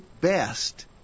best